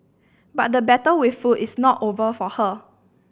but the battle with food is not over for her